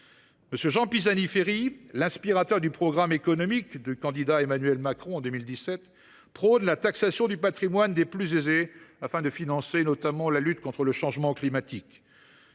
M. Jean Pisani Ferry, inspirateur du programme économique du candidat Emmanuel Macron en 2017, prône la taxation du patrimoine des plus aisés pour financer notamment la lutte contre le changement climatique.